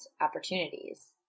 opportunities